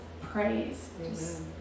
praise